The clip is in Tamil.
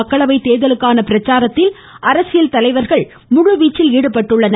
மக்களவை தேர்தலுக்கான பிரச்சாரத்தில் அரசியல் தலைவர்கள் முழுவீச்சில் ஈடுபட்டுள்ளனர்